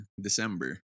December